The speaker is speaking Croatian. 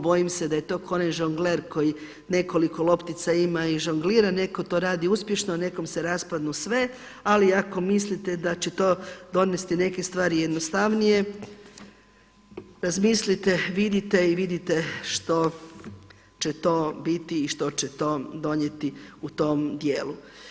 Bojim se da je to ko onaj žongler koji nekoliko loptica ima i žonglira, neko to radi uspješno, a nekom se raspadnu sve, ali ako mislite da će to donesti neke stvari jednostavnije razmislite, vidite i vidite što će to biti i što će to donijeti u tom dijelu.